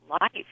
life